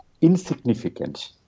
insignificant